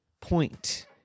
point